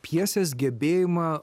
pjesės gebėjimą